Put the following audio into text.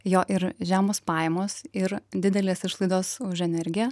jo ir žemos pajamos ir didelės išlaidos už energiją